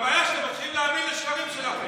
גם אנחנו נתחיל להאמין לשקרים שלכם.